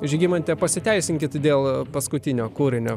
žygimante pasiteisinkit dėl paskutinio kūrinio